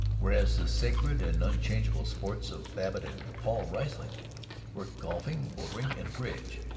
whereas the sacred and unchangeable sports of babbitt and paul riesling were golfing, motoring, and bridge.